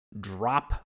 drop